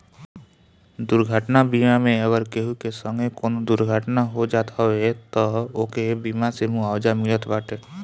दुर्घटना बीमा मे अगर केहू के संगे कवनो दुर्घटना हो जात हवे तअ ओके बीमा से मुआवजा मिलत बाटे